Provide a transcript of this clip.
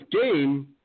game